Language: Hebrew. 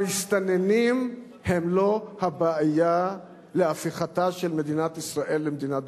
המסתננים הם לא הבעיה שתביא להפיכתה של מדינת ישראל למדינה דו-לאומית.